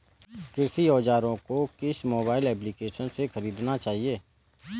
कृषि औज़ार को किस मोबाइल एप्पलीकेशन से ख़रीदना चाहिए?